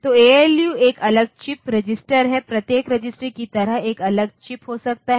तो एएलयू एक अलग चिप रजिस्टर है प्रत्येक रजिस्टर की तरह एक अलग चिप हो सकता है